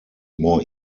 more